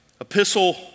epistle